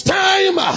time